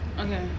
Okay